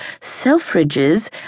Selfridge's